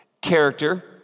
character